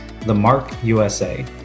TheMarkUSA